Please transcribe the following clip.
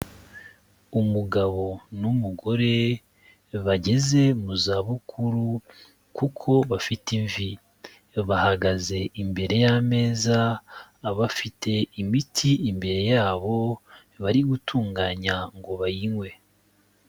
Umugabo n'umugore bageze mu zabukuru kuko bafite imvi, bahagaze imbere y'ameza bafite imiti imbere yabo, bari gutunganya ngo bayinywe.